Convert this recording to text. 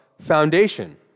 foundation